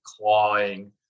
clawing